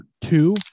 two